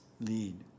lead